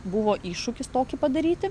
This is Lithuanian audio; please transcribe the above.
buvo iššūkis tokį padaryti